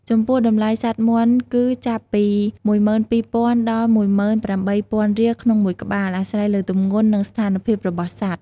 ចំពោះតម្លៃសត្វមាន់គឺចាប់ពី ១២,០០០ ដល់ ១៨,០០០ រៀលក្នុងមួយក្បាល អាស្រ័យលើទម្ងន់ និងសភាពរបស់សត្វ។